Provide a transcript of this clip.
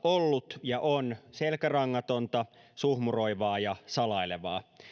ollut ja on selkärangatonta suhmuroivaa ja salailevaa